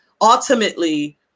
ultimately